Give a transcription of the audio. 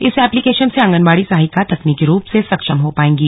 इस एप्लीकेशन से आंगनबाड़ी सहायिका तकनीकी रूप से सक्षम हो पाएंगी